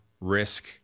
risk